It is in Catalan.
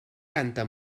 canta